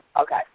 Okay